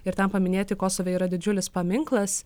ir ten paminėti kosove yra didžiulis paminklas